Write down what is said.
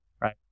Right